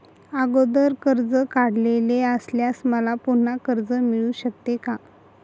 अगोदर कर्ज काढलेले असल्यास मला पुन्हा कर्ज मिळू शकते का?